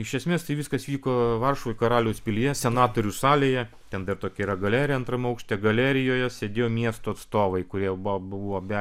iš esmės tai viskas vyko varšuvoj karaliaus pilyje senatorių salėje ten dar tokia yra galerija antrame aukšte galerijoje sėdėjo miesto atstovai kurie buvo be